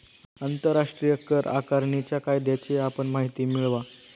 आंतरराष्ट्रीय कर आकारणीच्या कायद्याची आपण माहिती मिळवा